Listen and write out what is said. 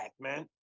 man